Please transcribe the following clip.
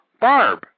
Barb